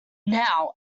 now